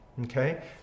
Okay